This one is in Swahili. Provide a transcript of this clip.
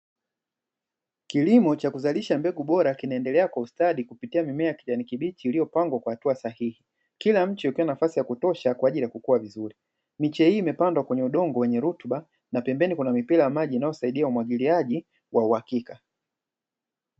Kilimo cha kuzalisha mbegu bora kinaendelea kwa ustadi kupitia mimea ya rangi ya kijani kibichi iliyopangwa kwa hatua sahihi. Kila mche ukiwa na nafasi ya kutosha kwa ajili ya kukua vizuri. Miche hii imepandwa kwenye udongo wenye rutuba na pembeni kuna mipira ya maji inayosaidia umwagiliaji wa uhakika.